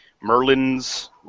Merlin's